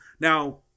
Now